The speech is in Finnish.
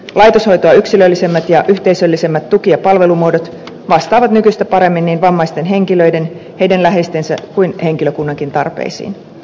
laitoshoitoa yksilöllisemmät ja yhteisöllisemmät tuki ja palvelumuodot vastaavat nykyistä paremmin niin vammaisten henkilöiden heidän läheistensä kuin henkilökunnankin tarpeisiin